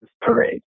parade